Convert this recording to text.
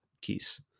keys